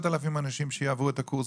ל-10,000 אנשים שיעברו את הקורס,